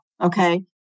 Okay